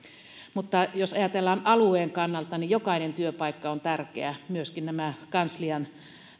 mutta jos ajatellaan alueen kannalta niin jokainen työpaikka on tärkeä myöskin nämä kanslian